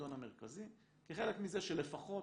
לשלטון המרכזי כחלק מזה שלפחות